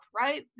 right